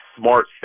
smart